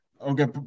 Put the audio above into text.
Okay